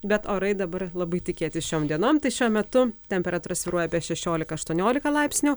bet orai dabar labai tikėti šioms dienom tai šiuo metu temperatūra svyruoja apie šešiolika aštuoniolika laipsnių